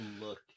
look